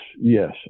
yes